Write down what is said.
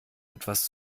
etwas